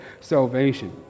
salvation